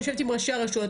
אני יושבת עם ראשי הרשויות,